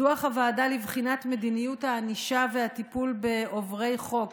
בדוח הוועדה לבחינת מדיניות הענישה והטיפול בעוברי חוק,